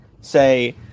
say